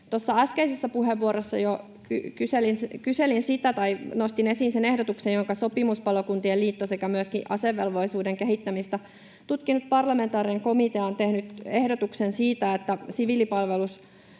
Tuossa äskeisessä puheenvuorossani nostin esiin sen ehdotuksen, jonka Sopimuspalokuntien Liitto sekä myöskin asevelvollisuuden kehittämistä tutkinut parlamentaarinen komitea ovat tehneet, siitä, että siviilipalveluskoulutuksen